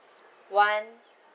one